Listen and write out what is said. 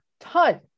ton